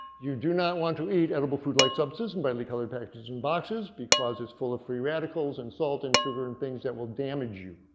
you do not want to eat edible food like substances in brightly colored packages and boxes because it's full of free radicals and salt and sugar and things that will damage you.